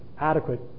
adequate